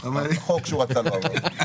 אבל החוק שהוא רצה לא עבר.